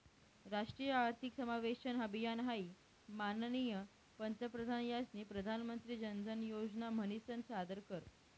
राष्ट्रीय आर्थिक समावेशन अभियान हाई माननीय पंतप्रधान यास्नी प्रधानमंत्री जनधन योजना म्हनीसन सादर कर